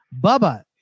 bubba